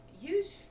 use